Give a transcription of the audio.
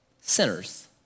sinners